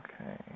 Okay